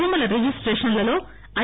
భూముల రిజిస్టేషన్ లలో ఐ